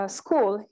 school